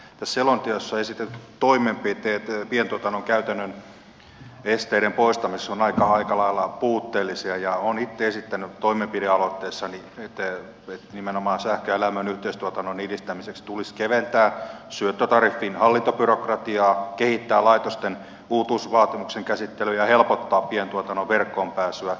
tässä selonteossa esitetyt toimenpiteet pientuotannon käytännön esteiden poistamiseksi ovat aika lailla puutteellisia ja olen itse esittänyt toimenpidealoitteessani että nimenomaan sähkön ja lämmön yhteistuotannon edistämiseksi tulisi keventää syöttötariffin hallintobyrokratiaa kehittää laitosten uutuusvaatimuksen käsittelyä ja helpottaa pientuotannon verkkoon pääsyä